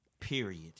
Period